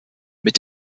mit